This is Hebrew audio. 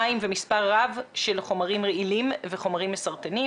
מים ומספר רב של חומרים רעילים וחומרים מסרטנים.